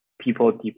people